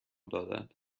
دادند